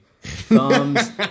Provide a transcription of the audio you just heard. thumbs